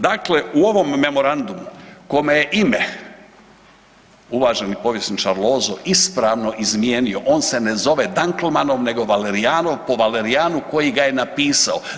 Dakle, u ovom memorandumu kome je ime, uvaženi povjesničar Lozo ispravno izmijenio on se ne zove Danklmannom nego Valerijan, po Valerijanu koji ga je napisao.